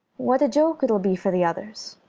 what a joke it'll be for the others!